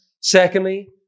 Secondly